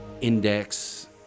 index